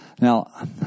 Now